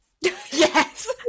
Yes